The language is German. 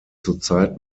zurzeit